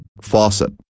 faucet